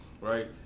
right